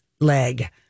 leg